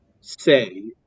say